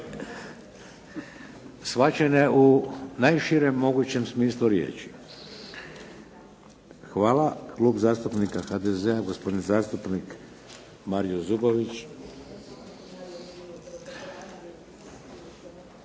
Shvaćene u najširem mogućem smislu riječi. Hvala. Klub zastupnika HDZ-a, gospodin zastupnik Mario Zubović.